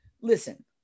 Listen